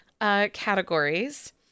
categories